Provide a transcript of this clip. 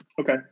Okay